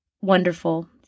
wonderful